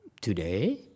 today